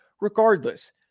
Regardless